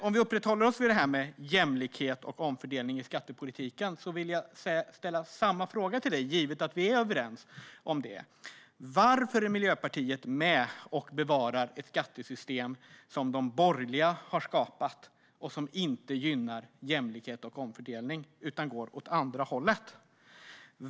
Om vi uppehåller oss vid jämlikhet och omfördelning i skattepolitiken vill jag ställa samma fråga till Rasmus Ling, givet att vi är överens om det: Varför är Miljöpartiet med och bevarar ett skattesystem som de borgerliga har skapat och som inte gynnar jämlikhet och omfördelning utan går åt andra hållet?